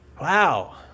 Wow